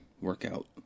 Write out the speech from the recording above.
workout